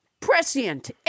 prescient